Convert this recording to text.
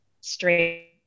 straight